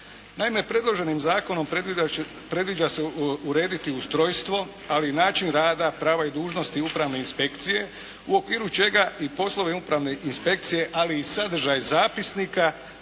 Naime predloženim zakonom predviđa se urediti ustrojstvo, ali i način rada, prava i dužnosti upravne inspekcije u okviru čega i poslove upravne inspekcije, ali i sadržaj zapisnika,